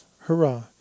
Hurrah